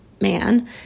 man